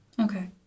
Okay